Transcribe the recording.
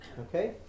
Okay